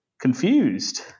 confused